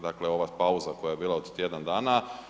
Dakle, ova pauza koja je bila od tjedan dana.